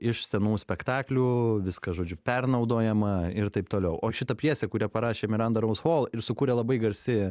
iš senų spektaklių viskas žodžiu pernaudojama ir taip toliau o šita pjesė kurią parašė miranda rous chol ir sukūrė labai garsi